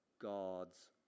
God's